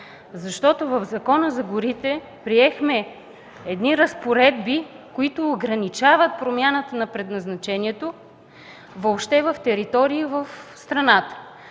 В Закона за горите приехме разпоредби, които ограничават промяната на предназначението въобще в територии в страната.